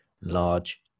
large